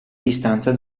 distanza